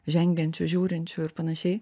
žengiančių žiūrinčių ir panašiai